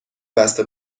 بسته